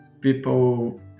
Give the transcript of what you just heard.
People